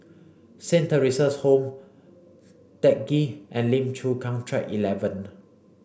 Saint Theresa's Home Teck Ghee and Lim Chu Kang Track eleven